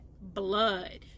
blood